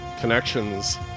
Connections